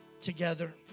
together